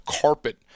carpet